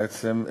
בעצם,